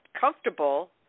comfortable